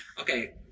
Okay